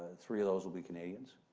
ah three of those will be canadians,